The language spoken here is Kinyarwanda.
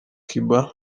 cuba